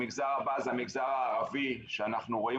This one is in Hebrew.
המגזר הבא זה המגזר הערבי שאנחנו רואים